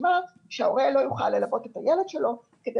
משמע שההורה לא יוכל ללוות את הילד שלו כדי